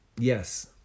Yes